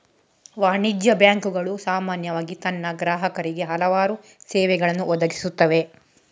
ವಾಣಿಜ್ಯ ಬ್ಯಾಂಕುಗಳು ಸಾಮಾನ್ಯವಾಗಿ ತನ್ನ ಗ್ರಾಹಕರಿಗೆ ಹಲವಾರು ಸೇವೆಗಳನ್ನು ಒದಗಿಸುತ್ತವೆ